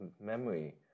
memory